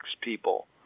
people